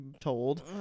told